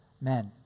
men